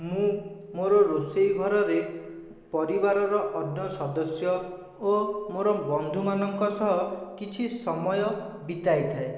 ମୁଁ ମୋର ରୋଷେଇ ଘରରେ ପରିବାରର ଅନ୍ୟ ସଦସ୍ୟ ଓ ମୋର ବନ୍ଧୁମାନଙ୍କ ସହ କିଛି ସମୟ ବିତାଇଥାଏ